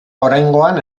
oraingoan